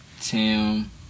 Tim